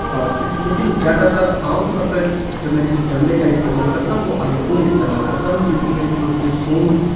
اور اس لیکن زیادہ تر عام طور پہ جو میں جس کیمرے کا استعمال کرتا ہوں وہ آئی فون استعمال کرتا ہوں کیونکہ میں جو جس فون